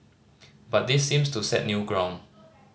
but this seems to set new ground